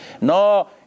No